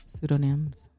pseudonyms